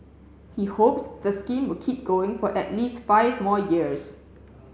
he hopes the scheme will keep going for at least five more years